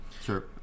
Sure